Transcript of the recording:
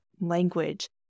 language